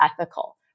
ethical